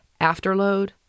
afterload